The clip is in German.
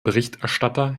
berichterstatter